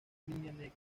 línea